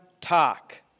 Talk